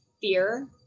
fear